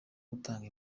gutanga